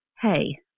hey